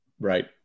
right